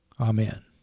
Amen